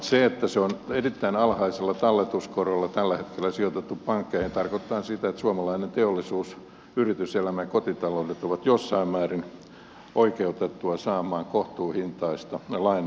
se että se on erittäin alhaisella talletuskorolla tällä hetkellä sijoitettu pankkeihin tarkoittaa sitä että suomalainen teollisuus yrityselämä ja kotitaloudet ovat jossain määrin oikeutettuja saamaan kohtuuhintaista lainaa